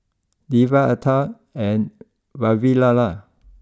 Devi Atal and Vavilala